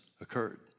occurred